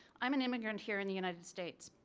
i'm an immigrant here in the united states.